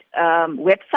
website